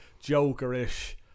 Joker-ish